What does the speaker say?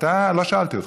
לא שאלתי אותך,